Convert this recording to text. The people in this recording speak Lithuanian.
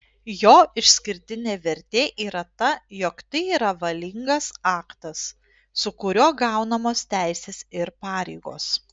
jo išskirtinė vertė yra ta jog tai yra valingas aktas su kuriuo gaunamos teisės ir pareigos